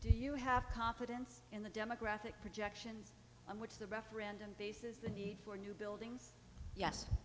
do you have confidence in the demographic projections on which the referendum bases the need for new buildings yes